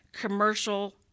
commercial